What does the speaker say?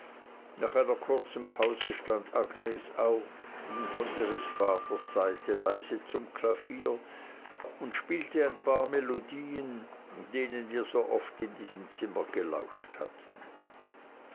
nach einer kurzen pause stand agnes auf ging von ihres vaters seite leise zum klavier und spielte ein paar von den alten melodien denen wir so oft in diesem zimmer gelauscht hatten